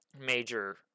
major